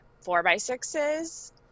four-by-sixes